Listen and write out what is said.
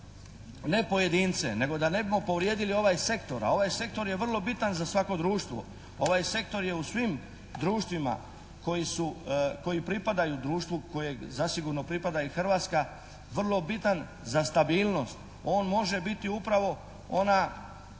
ne pojedince nego da ne bismo povrijedili ovaj sektor a ovaj sektor je vrlo bitan za svako društvo, ovaj sektor je u svim društvima koji pripadaju društvu kojem zasigurno pripada i Hrvatska vrlo bitan za stabilnost. On može biti upravo ona